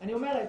אני אומרת,